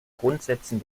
grundsätzen